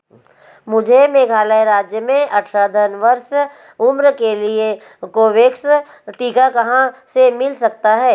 मुझे मेघालय राज्य में अठारह प्लस वर्ष उम्र के लिए कोवोवैक्स टीका कहाँ से मिल सकता है